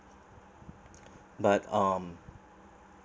but um